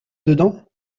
dedans